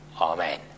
Amen